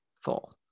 full